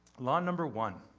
law number one